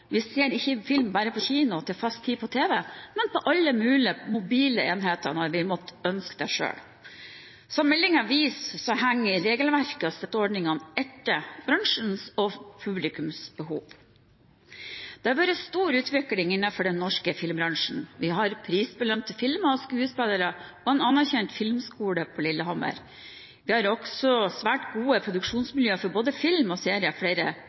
og til fast tid på tv, men på alle mulige mobile enheter når vi måtte ønske det selv. Som meldingen viser, henger regelverket og støtteordningene etter bransjens og publikums behov. Det har vært stor utvikling innenfor den norske filmbransjen. Vi har prisbelønte filmer og skuespillere og en anerkjent filmskole på Lillehammer. Vi har også svært gode produksjonsmiljø for både film og serier flere